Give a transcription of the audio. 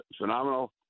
phenomenal